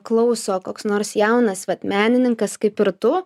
klauso koks nors jaunas vat menininkas kaip ir tu